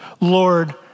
Lord